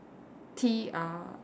T R